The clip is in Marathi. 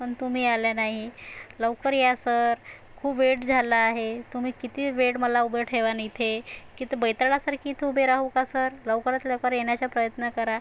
पण तुम्ही आला नाही लवकर या सर खूप वेळ झाला आहे तुम्ही किती वेळ मला उभं ठेवाल इथे कितं भैताडासारखी इथं उभे राहू का सर लवकरात लवकर येण्याचा प्रयत्न करा